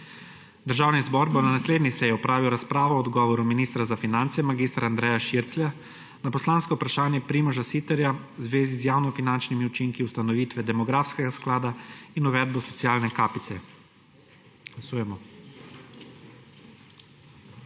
Državni zbor bo na naslednji seji opravil razpravo o odgovoru ministra za finance mag. Andreja Širclja na poslansko vprašanje Primoža Siterja v zvezi z javnofinančnimi učinki ustanovitve demografskega sklada in uvedbo socialne kapice. Glasujemo.